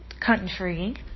country